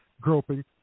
groping